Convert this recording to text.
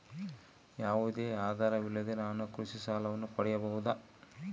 ಯಾವುದೇ ಆಧಾರವಿಲ್ಲದೆ ನಾನು ಕೃಷಿ ಸಾಲವನ್ನು ಪಡೆಯಬಹುದಾ?